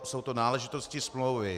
Jsou to náležitosti smlouvy: